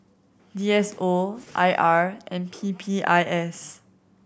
D S O I R and P P I S